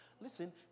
Listen